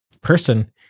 person